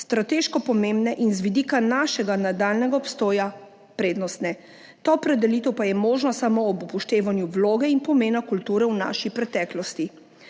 strateško pomembne in z vidika našega nadaljnjega obstoja prednostne. Ta opredelitev pa je možna samo ob upoštevanju vloge in pomena kulture v naši preteklosti.